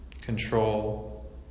control